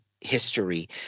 history